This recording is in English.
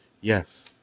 Yes